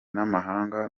n’amahanga